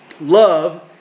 Love